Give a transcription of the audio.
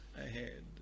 ahead